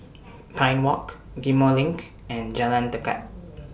Pine Walk Ghim Moh LINK and Jalan Tekad